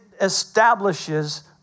establishes